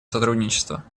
сотрудничества